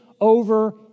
over